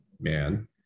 man